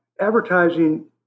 Advertising